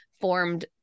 formed